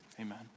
amen